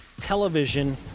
television